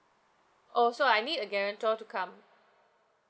oh so I need a guarantor to come